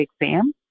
exam